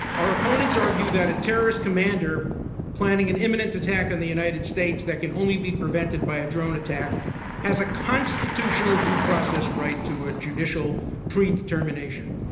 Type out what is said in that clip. our opponents argue that a terrorist commander planning an imminent attack on the united states that can only be prevented by a drone attack has a constitutional due process right to a judicial predetermination.